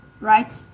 right